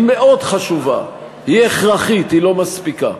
היא מאוד חשובה, היא הכרחית, היא לא מספיקה.